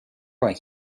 what